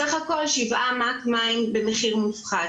בסך הכל 7 מ"ק מים במחיר מופחת.